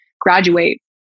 graduate